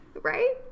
Right